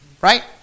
Right